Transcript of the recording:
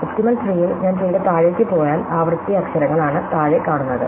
optimal ട്രീയിൽ ഞാൻ ട്രീയുടെ താഴേക്കു പോയാൽ ആവൃത്തി അക്ഷരങ്ങൾ ആണ് താഴെ കാണുന്നത്